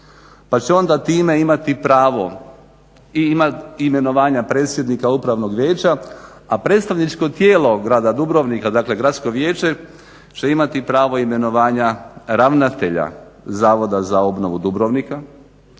pa će onda time imati pravo i imenovanja predsjednika upravnog vijeća a predstavničko tijelo grada Dubrovnika dakle gradsko vijeće će imati pravo imenovanja ravnatelja Zavoda za obnovu Dubrovnika